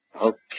Okay